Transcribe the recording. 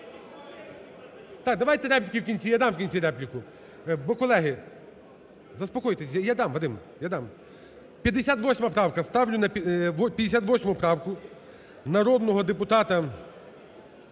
Так, давайте репліки – в кінці, я дам в кінці репліку. Бо, колеги... Заспокойтесь, я дам, Вадим, я дам. 58 правка, ставлю 58 правку народного депутата